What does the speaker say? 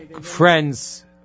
friends